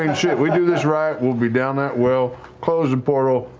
and shit, we do this right, we'll be down that well, close the portal,